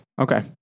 Okay